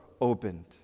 opened